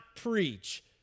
preach